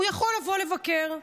הוא יכול לבוא לבקר.